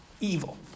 evil